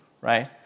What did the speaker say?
right